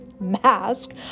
mask